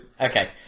Okay